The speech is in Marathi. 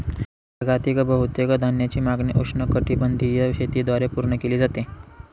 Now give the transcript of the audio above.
जगातील बहुतेक धान्याची मागणी उष्णकटिबंधीय शेतीद्वारे पूर्ण केली जाते